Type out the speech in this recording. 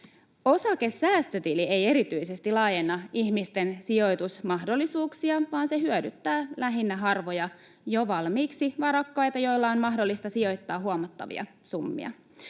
Osakesäästötili ei erityisesti laajenna ihmisten sijoitusmahdollisuuksia, vaan se hyödyttää lähinnä harvoja jo valmiiksi varakkaita, joiden on mahdollista sijoittaa huomattavia summia.